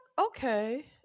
Okay